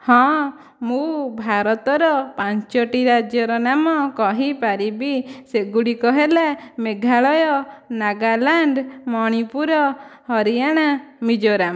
ହଁ ମୁଁ ଭାରତର ପାଞ୍ଚଟି ରାଜ୍ୟର ନାମ କହିପାରିବି ସେଗୁଡ଼ିକ ହେଲା ମେଘାଳୟ ନାଗାଲାଣ୍ଡ ମଣିପୁର ହରିୟାଣା ମିଜୋରାମ